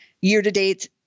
Year-to-date